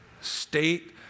state